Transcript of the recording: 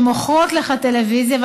שמוכרות לך טלוויזיה,